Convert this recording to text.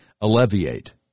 alleviate